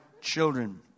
children